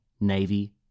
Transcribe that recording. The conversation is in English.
Navy